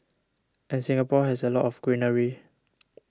and Singapore has a lot of greenery